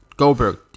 Goldberg